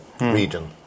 region